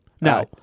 No